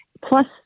Plus